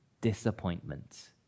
disappointment